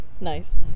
nice